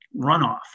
runoff